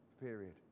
period